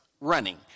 running